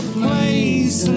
place